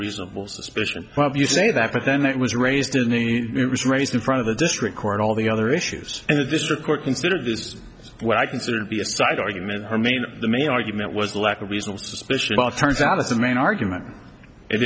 reasonable suspicion you say that but then it was raised it was raised in front of the district court all the other issues in the district court consider this what i consider to be a side argument her main the main argument was the lack of reasonable suspicion about turns out of the main argument it